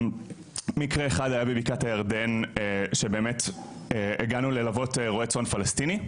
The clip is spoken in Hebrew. מקרה אחד היה בבקעת הירדן שבאמת הגענו ללוות רועה צאן פלסטיני,